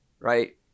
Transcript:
right